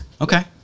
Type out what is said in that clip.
Okay